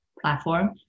platform